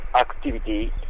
activity